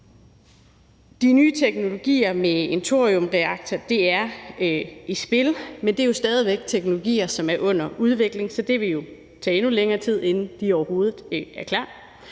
De nye teknologier med en thoriumreaktor er i spil, men det er jo stadig væk teknologier, som er under udvikling. Så det vil jo tage endnu længere tid, inden de overhovedet er klar.